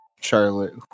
Charlotte